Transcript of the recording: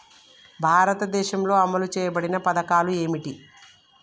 భారతదేశంలో అమలు చేయబడిన పథకాలు ఏమిటి?